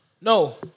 No